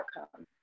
outcome